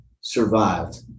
survived